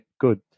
good